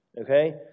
okay